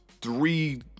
three